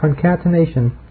concatenation